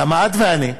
למה את ואני,